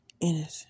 innocent